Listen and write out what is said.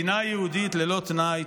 מדינה יהודית ללא תנאי.